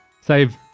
save